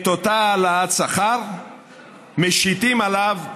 את אותה העלאת שכר משיתים עליו בארנונה.